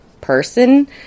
person